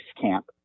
camp